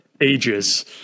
ages